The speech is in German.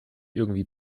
irgendwie